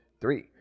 three